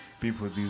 people